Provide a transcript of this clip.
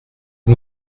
que